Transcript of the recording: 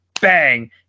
bang